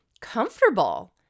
comfortable